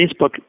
Facebook